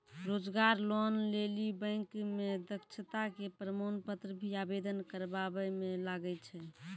रोजगार लोन लेली बैंक मे दक्षता के प्रमाण पत्र भी आवेदन करबाबै मे लागै छै?